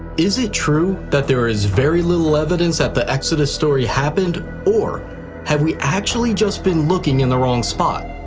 is it true that there is very little evidence that the exodus story happened? or have we actually just been looking in the wrong spot?